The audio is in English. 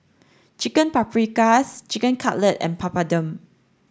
Chicken Paprikas Chicken Cutlet and Papadum